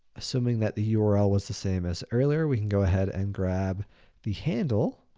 assuming that the url was the same as earlier, we can go ahead and grab the handle,